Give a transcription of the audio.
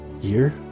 year